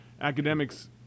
academics